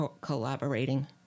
collaborating